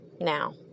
now